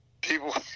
people